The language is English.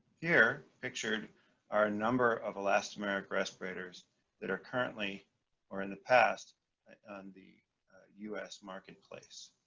here pictured are a number of elastomeric respirators that are currently or in the past on the u s. market place.